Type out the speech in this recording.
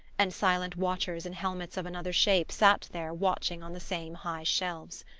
and silent watchers in helmets of another shape sat there watching on the same high shelves.